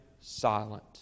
silent